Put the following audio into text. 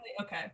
okay